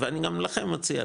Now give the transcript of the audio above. ואני גם לכם מציע,